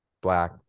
black